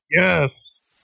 Yes